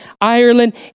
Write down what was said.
Ireland